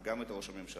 וגם את ראש הממשלה,